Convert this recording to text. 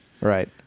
Right